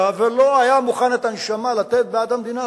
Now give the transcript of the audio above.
ולא היה מוכן לתת את הנשמה בעד המדינה,